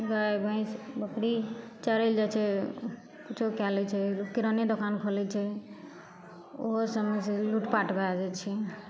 गाय भैस बकरी चरै लए जाइ छै किछु कए लै छै किराने दोकान खोलै छै ओहो सबमे से लूटपाट भए जाइ छै